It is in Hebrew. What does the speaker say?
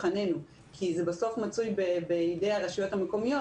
זה מצוי בידי הרשויות המקומיות,